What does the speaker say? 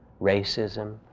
racism